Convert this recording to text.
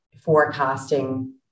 forecasting